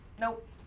Nope